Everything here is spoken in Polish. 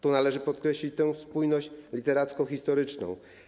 Tu należy podkreślić tę spójność literacko-historyczną.